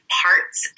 parts